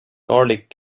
garlic